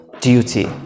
duty